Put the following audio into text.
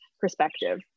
perspective